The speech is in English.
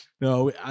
no